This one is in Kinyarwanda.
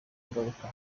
ingaruka